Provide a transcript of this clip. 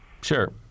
sure